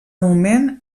moment